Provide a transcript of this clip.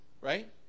right